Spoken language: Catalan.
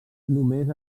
només